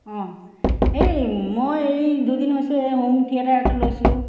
অঁ সেই মই এই দুদিন হৈছে হোম থিয়েটাৰ এটা লৈছিলোঁ